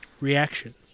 Reactions